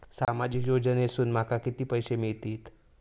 सामाजिक योजनेसून माका किती पैशे मिळतीत?